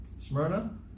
Smyrna